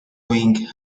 wing